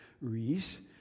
Reese